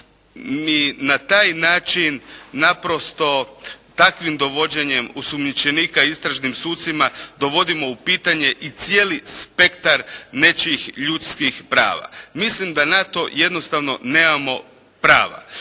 ni na taj način naprosto takvim dovođenjem osumnjičenika istražnim sucima dovodimo u pitanje i cijeli spektar nečijih ljudskih prava. Mislim da na to jednostavno nemamo prava.